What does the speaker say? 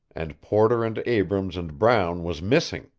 and porter and abrams and brown was missing.